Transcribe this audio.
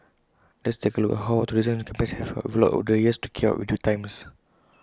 let's take A look at how our tourism campaigns have evolved over the years to keep up with the times